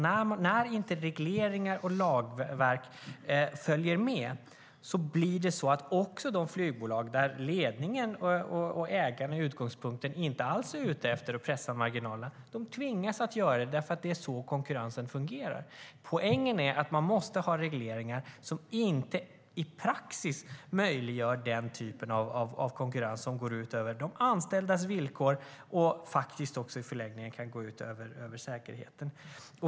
När regleringar och lagar inte följs blir även de flygbolag vilkas ledningar och ägare inte alls är ute efter att pressa marginaler tvingade att göra det, eftersom det är så konkurrensen fungerar. Poängen är alltså att vi måste ha regleringar som i praktiken inte möjliggör den typen av konkurrens som går ut över de anställdas villkor och i förlängningen kan gå ut över säkerheten.